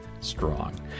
strong